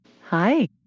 Hi